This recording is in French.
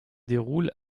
déroule